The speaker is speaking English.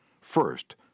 first